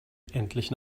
endlich